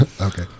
Okay